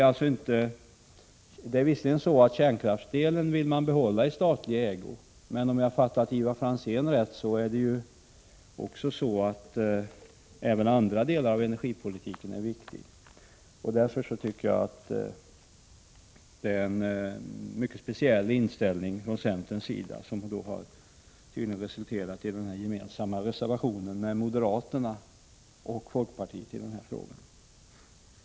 Man vill visserligen behålla kärnkraftsdelen i statlig ägo, men om jag har fattat Ivar Franzén rätt är även andra delar av energipolitiken viktig. Därför tycker jag att det är en mycket speciell inställning från centerns sida som tydligen resulterat i den gemensamma reservationen med moderaterna och folkpartiet i den här frågan.